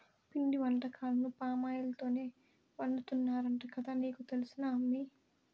పిండి వంటకాలను పామాయిల్ తోనే వండుతున్నారంట కదా నీకు తెలుసునా అమ్మీ